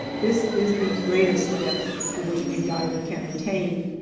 this is the greatest depth to which a diver can attain,